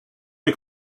est